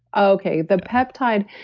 okay. the peptide.